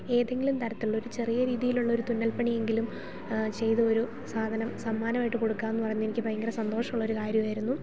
ഏതെങ്കിലും തരത്തിലുള്ള ഒരു ചെറിയ രീതിയിലുള്ള ഒരു തുന്നൽപ്പണിയെങ്കിലും ചെയ്തു ഒരു സാധനം സമ്മാനമായിട്ട് കൊടുക്കാമെന്ന് പറഞ്ഞാൽ എനിക്ക് ഭയങ്കര സന്തോഷമുള്ള ഒരു കാര്യമായിരുന്നു